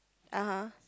(uh huh)